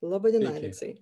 laba diena aleksai